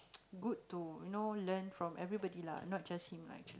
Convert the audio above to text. good to you know learn from everybody lah not just him lah actually